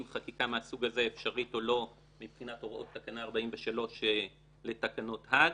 חקיקה מהסוג הזה אפשרית או לא מבחינת הוראות תקנה 43 לתקנות האג.